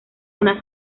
una